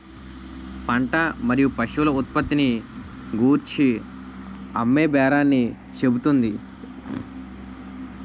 పంట మరియు పశువుల ఉత్పత్తిని గూర్చి అమ్మేబేరాన్ని చెబుతుంది